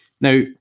Now